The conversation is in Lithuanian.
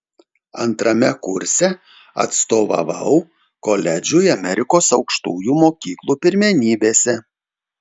antrame kurse atstovavau koledžui amerikos aukštųjų mokyklų pirmenybėse